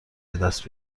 بدست